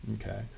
Okay